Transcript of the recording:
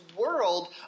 world